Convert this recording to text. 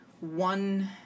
one